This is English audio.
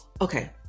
okay